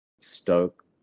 stoke